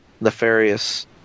nefarious